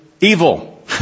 evil